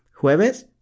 jueves